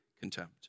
contempt